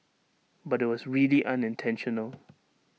but IT was really unintentional